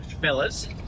fellas